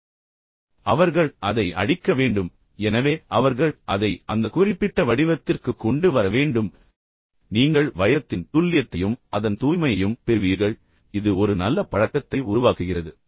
அவர்கள் அதை மெருகூட்ட வேண்டும் எனவே அவர்கள் அதை அடிக்க வேண்டும் எனவே அவர்கள் அதை அந்த குறிப்பிட்ட வடிவத்திற்கு கொண்டு வரவேண்டும் இதனால் நீங்கள் வைரத்தின் துல்லியத்தையும் அதன் தூய்மையையும் பெறுவீர்கள் எனவே இது ஒரு நல்ல பழக்கத்தை உருவாக்குகிறது